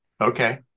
okay